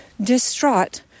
distraught